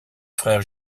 frère